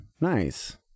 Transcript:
Nice